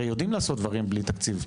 הרי יודעים לעשות דברים בלי תקציב,